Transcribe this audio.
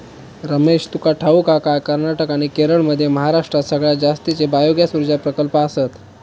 रमेश, तुका ठाऊक हा काय, कर्नाटक आणि केरळमध्ये महाराष्ट्रात सगळ्यात जास्तीचे बायोगॅस ऊर्जा प्रकल्प आसत